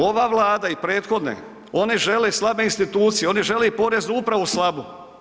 Ova Vlada i prethodne one žele slabe institucije, one žele Poreznu upravu slabu.